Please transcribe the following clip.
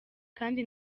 kandi